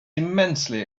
immensely